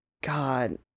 God